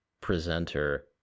presenter